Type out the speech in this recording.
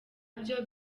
byo